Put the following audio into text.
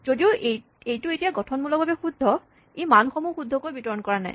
যদিও এইটো এতিয়া গঠনমূলকভাৱে শুদ্ধ ই মানসমূহ শুদ্ধকৈ বিতৰণ কৰা নাই